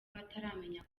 bataramenya